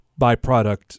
byproduct